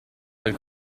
del